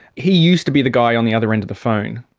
he used to be the guy on the other end of the phone.